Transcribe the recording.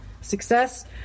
success